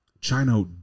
China